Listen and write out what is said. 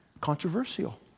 controversial